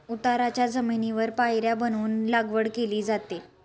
उताराच्या जमिनीवर पायऱ्या बनवून लागवड केली जाते